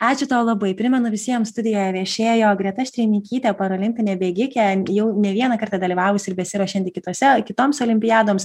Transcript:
ačiū tau labai primenu visiems studijoje viešėjo greta štreimikytė parolimpinė bėgikė jau ne vieną kartą dalyvavusi ir besiruošianti kitose kitoms olimpiadoms